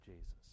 Jesus